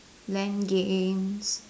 lan games